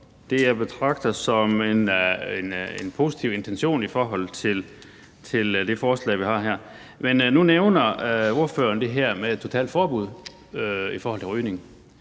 jeg betragter som en positiv intention i forhold til det forslag, vi har her. Men nu nævner ordføreren det her med et totalt forbud mod rygning,